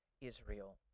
Israel